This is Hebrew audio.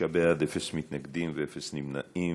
חמישה בעד, אין מתנגדים ואין נמנעים.